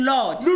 Lord